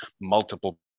multiple